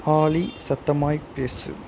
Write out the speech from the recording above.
ஆலி சத்தமாக பேசு